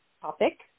topic